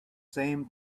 same